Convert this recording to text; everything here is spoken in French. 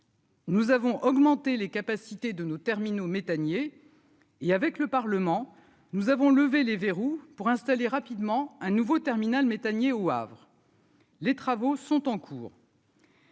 Nous avons augmenté les capacités de nos terminaux méthaniers et avec le Parlement, nous avons lever les verrous pour installer rapidement un nouveau terminal méthanier au Havre. Les travaux sont en cours.